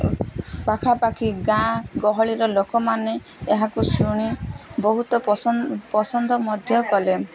ପାଖାପାଖି ଗାଁ ଗହଳିର ଲୋକମାନେ ଏହାକୁ ଶୁଣି ବହୁତ ପସନ୍ଦ ପସନ୍ଦ ମଧ୍ୟ କଲେ